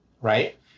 right